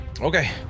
Okay